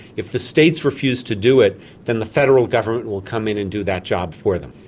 if the states refuse to do it then the federal government will come in and do that job for them.